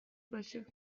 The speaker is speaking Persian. باشه